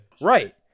Right